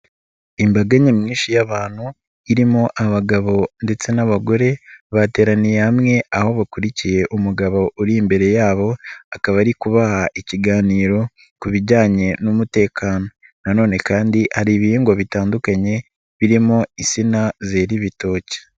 Imbaga nyamwinshi y'abantu, irimo abagabo ndetse n'abagore, bateraniye hamwe aho bakurikiye umugabo uri imbere yabo, akaba ari kubaha ikiganiro ku bijyanye n'umutekano na none kandi hari ibihingwa bitandukanye, birimo insina zera ibitoki.